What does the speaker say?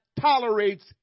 tolerates